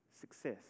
success